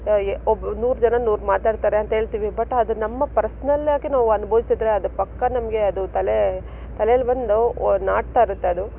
ಯ ಒಬ್ಬ ನೂರು ಜನ ನೂರು ಮಾತಾಡ್ತಾರೆ ಅಂತ ಹೇಳ್ತೀವಿ ಬಟ್ ಅದು ನಮ್ಮ ಪರ್ಸ್ನಲ್ಲಾಗಿ ನಾವು ಅನುಬೌಸಿದ್ರೆ ಅದು ಪಕ್ಕಾ ನಮಗೆ ಅದು ತಲೆ ತಲೇಲಿ ಬಂದು ನಾಟ್ತಾ ಇರುತ್ತೆ ಅದು